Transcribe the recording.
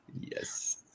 Yes